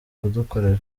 kudukorera